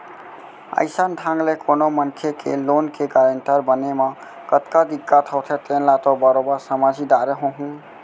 अइसन ढंग ले कोनो मनखे के लोन के गारेंटर बने म कतका दिक्कत होथे तेन ल तो बरोबर समझ ही डारे होहूँ